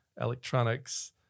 electronics